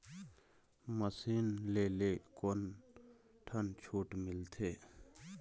Machine ले ले कोन ठन छूट मिलथे?